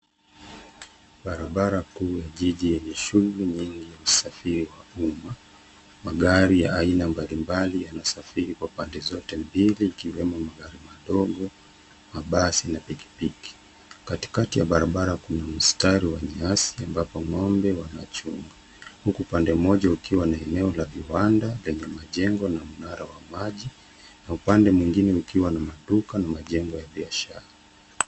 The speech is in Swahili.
Barabara kuu ya jiji lenye shughuli nyingi ya usafiri wa umma. Magari ya aina mbalimbali yanasafiri kwa pande zote mbili ikiwemo magari madogo, mabasi na pikipiki. Katikati ya barabara, kuna mstari wa nyasi ambapo ng'ombe wanachungwa, huku pande moja ukiwa ni eneo la vibanda yenye majengo na mtaro wa maji na upande mwingine ukiwa na maduka na majengo ya biashara.